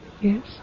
Yes